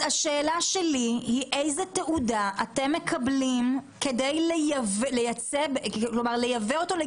השאלה שלי היא איזו תעודה אתם מקבלים כדי לייבא לגרמניה?